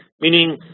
meaning